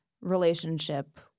relationship